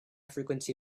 frequency